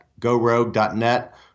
GoRogue.net